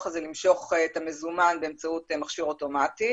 הזה למשוך את המזומן באמצעות מכשיר אוטומטי,